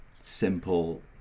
simple